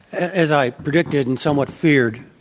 as i predicted and somewhat feared,